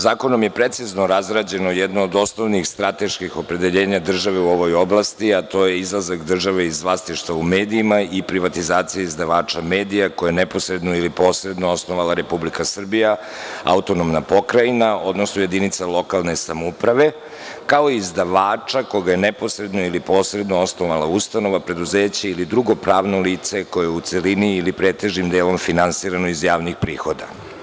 Zakonom je precizno razrađeno j Jedno od osnovnih strateških opredeljenja države u ovoj oblasti, a to je izlazak države iz vlasništva u medijima i privatizacija izdavača medija, koje je neposredno ili posredno osnovala Republika Srbija, autonomna pokrajina, odnosno jedinica lokalne samouprave, kao izdavača koga je neposredno ili posredno osnovala ustanova, preduzeće ili drugo pravno lice koje je u celini ili pretežnim delom finansirano iz javnih prihoda.